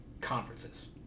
conferences